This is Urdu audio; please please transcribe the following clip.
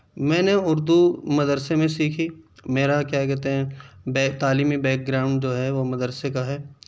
میں نے اردو مدرسے میں سیکھی میرا کیا کہتے ہیں تعلیمی بیک گراؤنڈ جو ہے وہ مدرسے کا ہے